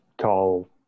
tall